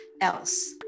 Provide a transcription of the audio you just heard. else